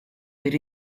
per